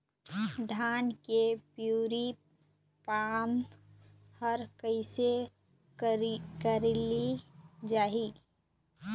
धान के पिवरी पान हर कइसे करेले जाही?